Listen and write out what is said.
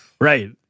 Right